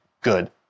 good